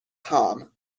com